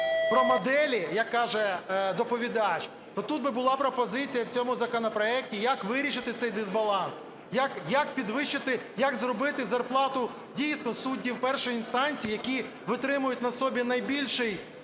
про моделі, як каже доповідач, то тут би була пропозиція в цьому законопроекті, як вирішити цей дисбаланс, як підвищити, як зробити зарплату, дійсно, суддів першої інстанції, які витримують на собі найбільший